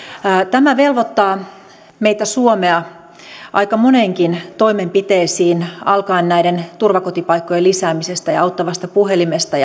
tämä velvoittaa meitä suomea aika moneenkin toimenpiteeseen alkaen näiden turvakotipaikkojen lisäämisestä ja auttavasta puhelimesta